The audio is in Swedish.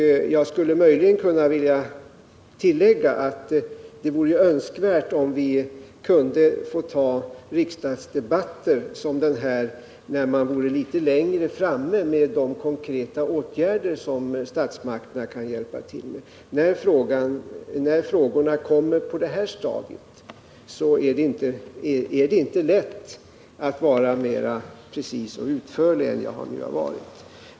Jag skulle möjligen kunna tillägga att det vore önskvärt om vi kunde få ha riksdagsdebatter som denna när vi vore litet längre framme med förslag till konkreta åtgärder som statsmakterna kan hjälpa till med. När frågorna kommer på detta stadium är det inte lätt att vara mera precis och utförlig än jag nu har varit.